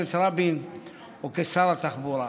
בממשלת רבין או כשר התחבורה.